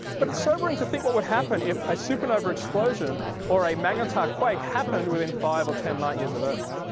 but it's sobering to think what would happen if a supernova explosion or a magnetar quake happened within five or ten light years of earth.